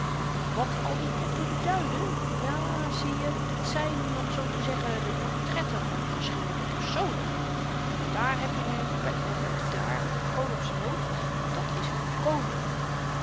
wat al die poppen beduiden ja zieje t zyn om zoo te zeggen de portretten van verschillende personen daar heb je nu by voorbeeld die daar met n kroon op z'n hoofd dat is n koning